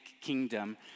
kingdom